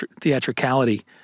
theatricality